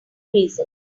reasons